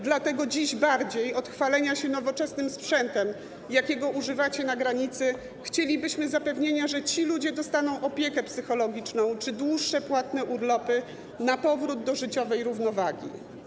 Dlatego dziś bardziej od chwalenia się nowoczesnym sprzętem, jakiego używacie na granicy, chcielibyśmy zapewnienia, że ci ludzie dostaną opiekę psychologiczną czy dłuższe płatne urlopy, by powrócić do życiowej równowagi.